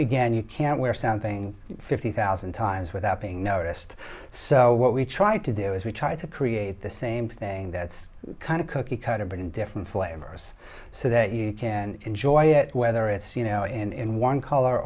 and you can't wear something fifty thousand times without being noticed so what we try to do is we try to create the same thing that's kind of cookie cutter but in different flavors so that you can enjoy it whether it's you know in one color